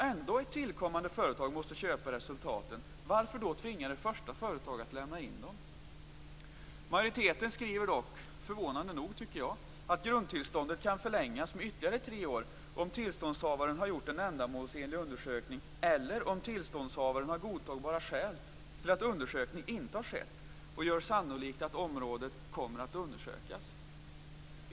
Men om ett tillkommande företag ändå måste köpa resultaten, varför skall man då tvinga det första företaget att lämna in dem? Förvånande nog skriver majoriteten dock att grundtillståndet kan förlängas med ytterligare tre år om tillståndshavaren har gjort en ändamålsenlig undersökning eller om tillståndshavaren har godtagbara skäl till att undersökningen inte har skett och gör sannolikt att området kommer att undersökas.